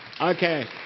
okay